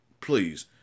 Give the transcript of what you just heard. please